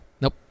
Nope